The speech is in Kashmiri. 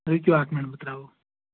رُکِو اکھ مِنَٹ بہٕ ترٛاوَو